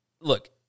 Look